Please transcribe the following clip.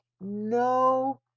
no